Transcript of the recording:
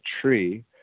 tree